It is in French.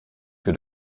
que